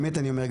באמת אני אומר,